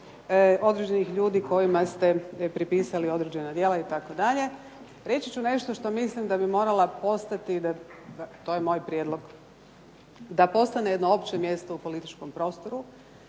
određenih ljudi kojima ste pripisali određena djela itd., reći ću nešto što mislim da bi morala postati, to je moj prijedlog, da postane jedno opće mjesto u političkom prostoru